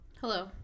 Hello